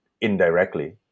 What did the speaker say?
indirectly